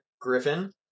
Griffin